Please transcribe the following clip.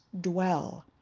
dwell